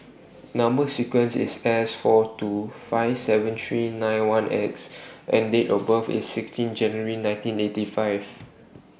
Number sequence IS S four two five seven three nine one X and Date of birth IS sixteen January nineteen eighty five